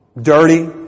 Dirty